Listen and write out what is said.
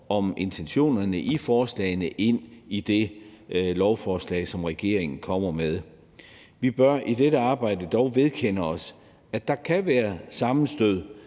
om intentionerne i beslutningsforslagene og få dem ind i det lovforslag, som regeringen kommer med. Vi bør dog i dette arbejde vedkende os, at der kan være et sammenstød